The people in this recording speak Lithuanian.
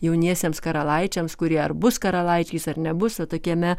jauniesiems karalaičiams kurie ar bus karalaičiais ar nebus va tokiame